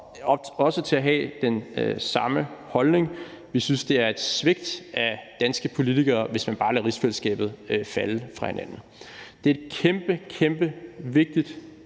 til at have den samme holdning. Vi synes, det er et svigt fra de danske politikeres side, hvis man bare lader rigsfællesskabet falde fra hinanden. Det er et kæmpe, kæmpe vigtigt